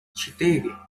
четыре